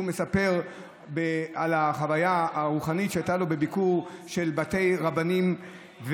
מספר על החוויה הרוחנית שהייתה לו בביקור בבתי רבנים.